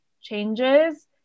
changes